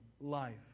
life